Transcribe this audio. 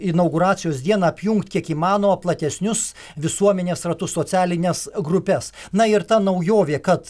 inauguracijos dieną apjungt kiek įmanoma platesnius visuomenės ratus socialines grupes na ir ta naujovė kad